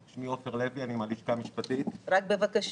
בבקשה.